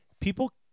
people